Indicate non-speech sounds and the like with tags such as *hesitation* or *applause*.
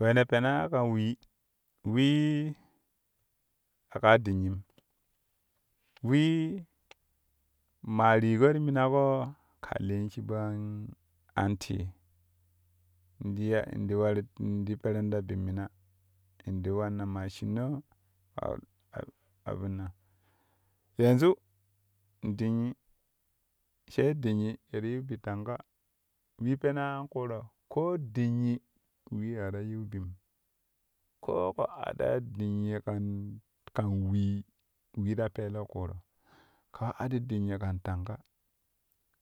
Wee ne penaa kan wee, wee a kaa dinnyim wee ma rigo ti mimak-o kaa lin shiɓo an an ti in ti ya in ti peron ta bi mina in ti vanna ma shinno *hesitation* abinnan yanʒu dinnyi sai dinnyi ye ti yiu bi tanga wee penaa an ƙuro koo dinnyi wee a ta yiu bim koo kɛ adaa dinnyi kan wee, wee ta pelo ƙuro kaa adil dinnyi kan tanga